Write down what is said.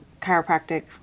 chiropractic